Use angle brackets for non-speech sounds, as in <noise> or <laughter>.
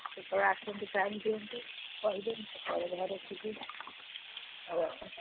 କେତେବେଳେ ଆସନ୍ତୁ ଟାଇମ୍ ଦିଅନ୍ତୁ କହିଦିଅନ୍ତୁ <unintelligible>